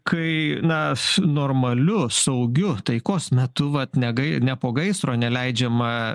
kai na normaliu saugiu taikos metu vat negai ne po gaisro neleidžiama